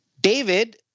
David